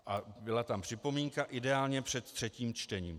A byla tam připomínka ideálně před třetím čtením.